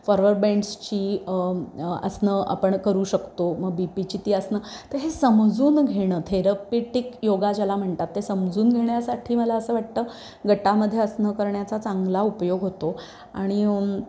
फॉरवर बेंड्सची आसनं आपण करू शकतो मग बी पीची ती आसनं तर हे समजून घेणं थेरपिटिक योगा ज्याला म्हणतात ते समजून घेण्यासाठी मला असं वाटतं गटामध्ये आसनं करण्याचा चांगला उपयोग होतो आणि